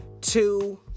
two